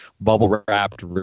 bubble-wrapped